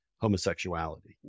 homosexuality